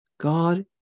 God